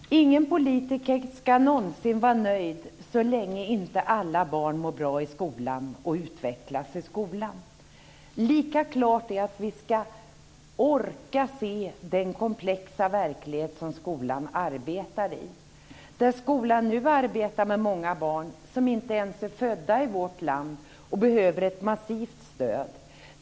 Fru talman! Ingen politiker ska någonsin vara nöjd så länge inte alla barn mår bra i skolan och utvecklas i skolan. Lika klart är att vi ska orka se den komplexa verklighet som skolan arbetar i. Nu arbetar skolan med många barn som inte ens är födda i vårt land och behöver ett massivt stöd.